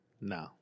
No